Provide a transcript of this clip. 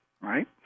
right